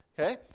Okay